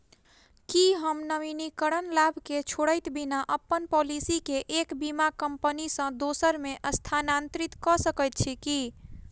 की हम नवीनीकरण लाभ केँ छोड़इत बिना अप्पन पॉलिसी केँ एक बीमा कंपनी सँ दोसर मे स्थानांतरित कऽ सकैत छी की?